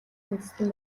үндэстэн